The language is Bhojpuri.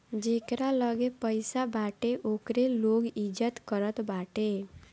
जेकरा लगे पईसा बाटे ओकरे लोग इज्जत करत बाटे